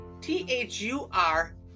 T-H-U-R